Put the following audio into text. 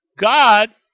God